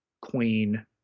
Queen